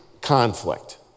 conflict